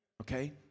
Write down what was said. okay